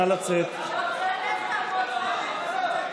זה לא עובד ככה שמפריעים לצד אחד ואז נכנסים לשמוע את הצד השני.